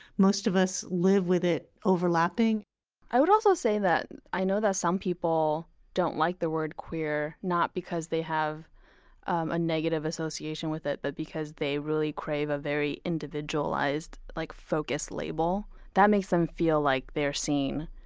most of us live with it overlapping i would also say that i know that some people don't like the word queer, not because they have a negative association with it, but because they really crave a very individualized like focused label. that makes them feel like they are seen,